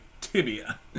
tibia